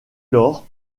lors